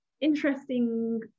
interesting